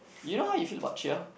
you know how you feel about cheer